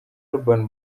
urban